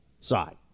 side